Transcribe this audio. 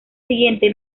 siguiente